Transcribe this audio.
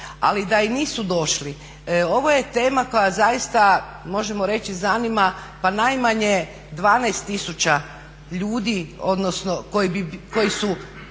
ali da i nisu došli ovo je tema koja zaista možemo reći zanima pa najmanje 12 tisuća ljudi odnosno